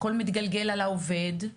הכל מתגלגל על העובד,